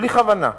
ובלי כוונה,